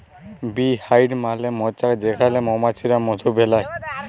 bee হাইভ মালে মচাক যেখালে মমাছিরা মধু বেলায়